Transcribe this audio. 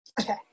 Okay